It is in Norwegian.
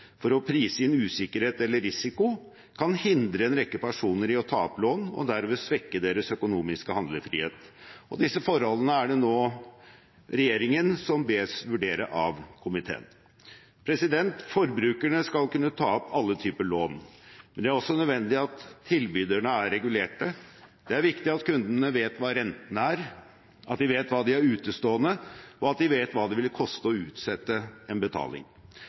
for å prise inn usikkerhet eller risiko, kan hindre en rekke personer i å ta opp lån og derved svekke deres økonomiske handlefrihet. Disse forholdene er det nå regjeringen som bes vurdere av komiteen. Forbrukerne skal kunne ta opp alle typer lån. Det er også nødvendig at tilbyderne er regulerte. Det er viktig at kundene vet hva renten er, at de vet hva de har utestående, og at de vet hva det vil koste å utsette en betaling.